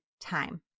time